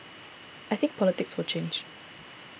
I think the politics will change